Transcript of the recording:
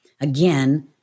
Again